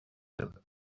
phillip